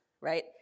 right